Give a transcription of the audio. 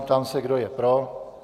Ptám se, kdo je pro?